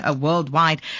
worldwide